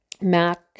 Mac